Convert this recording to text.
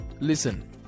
listen